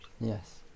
Yes